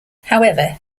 however